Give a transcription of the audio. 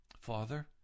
Father